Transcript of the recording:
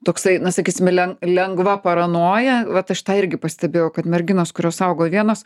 toksai na sakysime len lengva paranoja vat aš tą irgi pastebėjau kad merginos kurios augo vienos